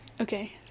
okay